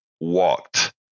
walked